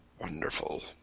Wonderful